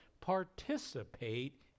participate